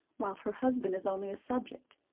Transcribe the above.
while her husband is only a subject.